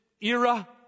era